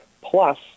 plus